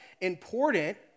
important